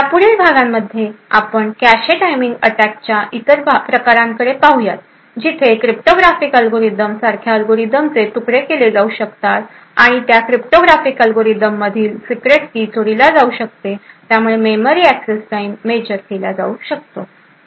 यापुढील भागांमध्ये आपण कॅशे टायमिंग अटॅकच्या इतर प्रकारांकडे पाहूयात जिथे क्रिप्टोग्राफिक अल्गोरिदम सारख्या अल्गोरिदमचे तुकडे केले जाऊ शकतात आणि त्या क्रिप्टो ग्राफिक अल्गोरिदममधील सीक्रेट की चोरीला जाऊ शकते त्यामुळे मेमरी एक्सेस टाइम मेजर केला जाऊ शकतो